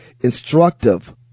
instructive